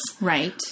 Right